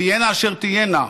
תהיינה אשר תהיינה,